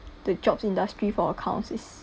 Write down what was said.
the jobs industry for accounts is